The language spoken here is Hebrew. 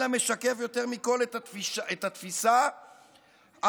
אלא משקף יותר מכול את התפיסה הפשיסטית